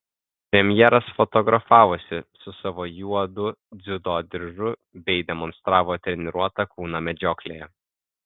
premjeras fotografavosi su savo juodu dziudo diržu bei demonstravo treniruotą kūną medžioklėje